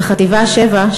וחטיבה 7,